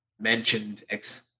mentioned